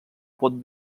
pot